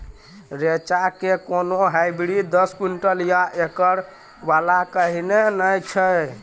रेचा के कोनो हाइब्रिड दस क्विंटल या एकरऽ वाला कहिने नैय छै?